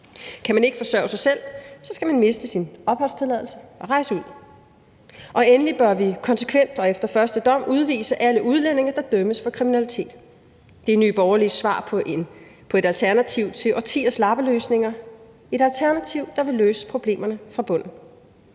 Kan man ikke forsørge sig selv, skal man miste sin opholdstilladelse og rejse ud. Og endelig bør vi konsekvent og efter første dom udvise alle udlændinge, der dømmes for kriminalitet. Det er Nye Borgerliges svar som et alternativ til årtiers lappeløsninger, et alternativ, der vil løse problemerne fra bunden.